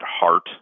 heart